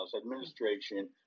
administration